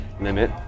limit